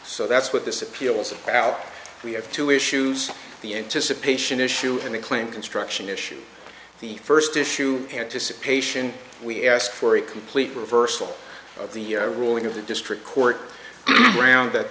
so that's what this appeals about we have two issues the anticipation issue and the claim construction issue the first issue anticipation we asked for a complete reversal of the ruling of the district court ground that